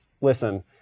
listen